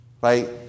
Right